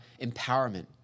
empowerment